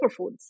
superfoods